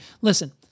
Listen